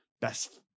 best